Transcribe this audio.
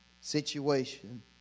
situation